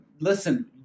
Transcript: Listen